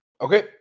Okay